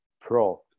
pro